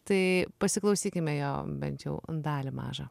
tai pasiklausykime jo bent jau dalį mažą